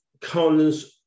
cons